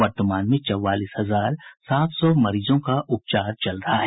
वर्तमान में चौवालीस हजार सात सौ मरीजों का उपचार चल रहा है